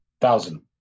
Thousand